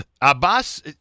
Abbas